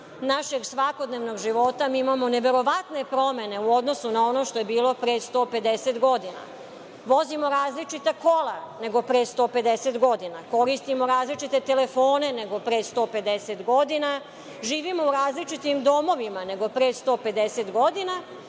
našeg svakodnevnog života mi imamo neverovatne promene u odnosu na ono što je bilo pre 150 godina. Vozimo različita kola nego pre 150 godina, koristimo različite telefone nego pre 150 godina, živimo u različitim domovima nego pre 150 godina,